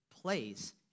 place